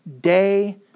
day